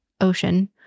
ocean